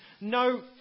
no